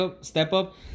step-up